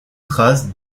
trace